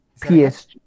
PSG